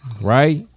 right